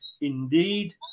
Indeed